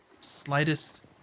slightest